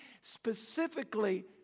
Specifically